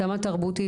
התאמה תרבות,